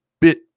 bit